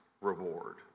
reward